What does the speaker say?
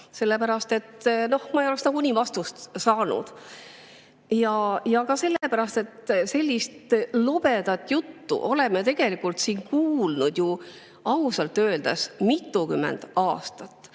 sellepärast, et ma ei oleks nagunii vastust saanud, ja ka sellepärast, et sellist lobedat juttu oleme tegelikult siin kuulnud ju ausalt öeldes mitukümmend aastat.